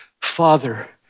Father